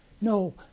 No